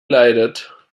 leidet